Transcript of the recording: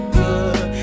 good